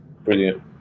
Brilliant